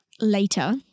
later